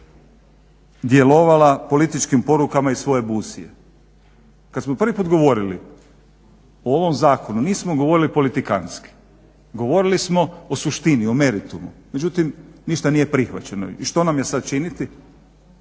djelovala političkim porukama iz svoje busije. Kada smo prvi puta govorili o ovom zakonu nismo govorili politikantski. Govorili smo o suštini, o meritumu, međutim ništa nije prihvaćeno. I što nam je sad činiti,